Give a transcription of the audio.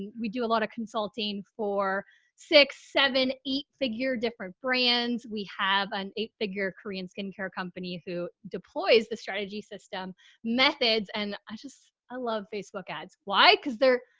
we do a lot of consulting for six, seven, eight figure different brands. we have an eight figure korean skincare company who deploys the strategy system methods. and i just, i love facebook ads. why? cause they're,